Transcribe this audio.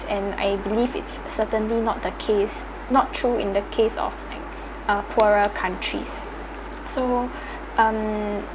and I believe it cer~ certainly not the case not true in the case of like uh poorer country so um